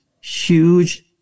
huge